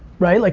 right? like